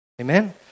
Amen